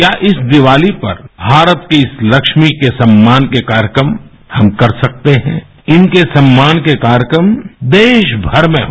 क्या इस दिवाली पर भारत की इस लक्ष्मी के सम्मान के कार्यक्रम हम कर सकते हैं इनके सम्मान के कार्यक्रम देशभर में हो